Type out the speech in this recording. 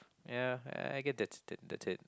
ya I guess that's that's it